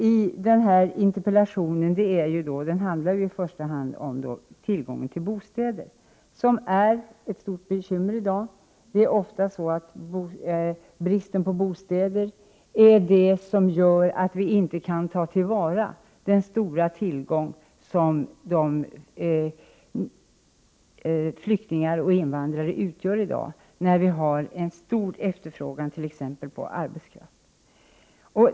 Interpellationen handlar i första hand om tillgången på bostäder, som är ett stort bekymmer i dag. Bristen på bostäder är ofta det som gör att vi inte kan ta till vara den stora tillgång flyktingar och invandrare utgör i dag. Vi har ju en stor efterfrågan på t.ex. arbetskraft.